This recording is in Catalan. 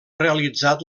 realitzat